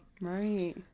right